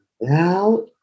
Now